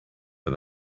but